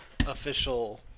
official